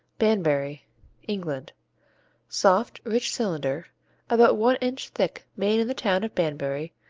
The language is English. banbury england soft, rich cylinder about one inch thick made in the town of banbury,